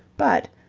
but,